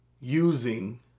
using